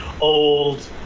old